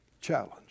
Challenge